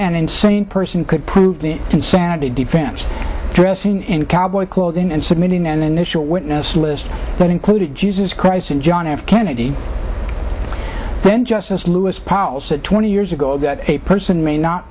an insane person could prove the insanity defense dressing in cowboy clothing and submitting an initial witness list that included jesus christ in john f kennedy then justice lewis powell said twenty years ago that a person may not